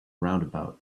roundabout